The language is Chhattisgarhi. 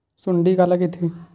सुंडी काला कइथे?